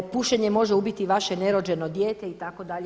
Pušenje može ubiti i vaše nerođeno dijete itd.